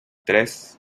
tres